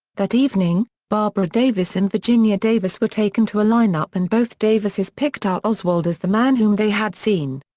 that evening, barbara davis and virginia davis were taken to a lineup and both davises picked out oswald as the man whom they had seen.